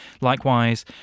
Likewise